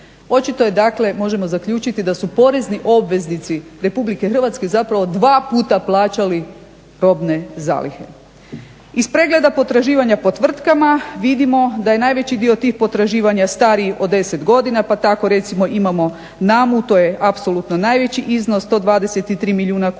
Očito je dakle možemo zaključiti da su porezni obveznici RH zapravo 2 puta plaćali robne zalihe. Iz pregleda potraživanja po tvrtkama vidimo da je najveći dio tih potraživanja stariji od 10 godina pa tako recimo imamo NAMa-u to je apsolutno najveći iznos 123 milijuna kuna